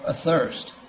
athirst